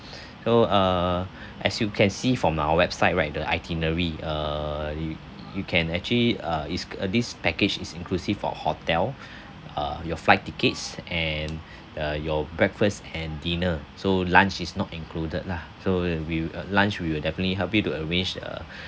so err as you can see from our website right the itinerary err you you can actually uh is a this package is inclusive of hotel uh your flight tickets and uh your breakfast and dinner so lunch is not included lah so we'll lunch we will definitely help you to arrange a